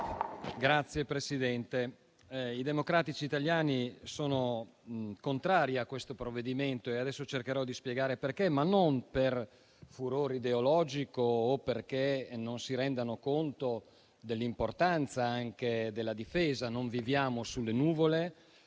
Signora Presidente, i Democratici italiani sono contrari a questo provvedimento e adesso cercherò di spiegare perché. Non per furore ideologico o perché non si rendano conto dell'importanza della difesa; non viviamo sulle nuvole,